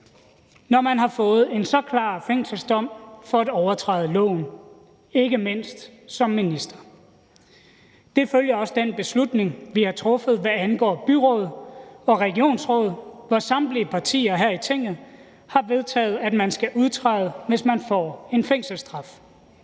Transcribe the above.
når man har fået en så klar fængselsdom for at overtræde loven, ikke mindst som minister. Det følger også den beslutning, vi har truffet, hvad angår byråd og regionsråd, hvor samtlige partier her i Tinget har vedtaget, at man skal udtræde, hvis man får en fængselsstraf.